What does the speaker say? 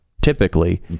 typically